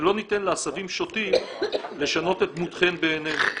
ולא ניתן לעשבים שוטים לשנות את דמותכן בעינינו.